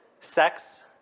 Sex